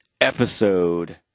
episode